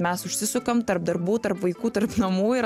mes užsisukam tarp darbų tarp vaikų tarp namų ir